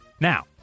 Now